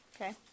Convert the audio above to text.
Okay